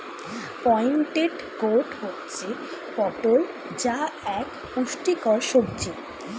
pointed gourd হচ্ছে পটল যা এক পুষ্টিকর সবজি